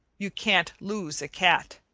you can't lose a cat,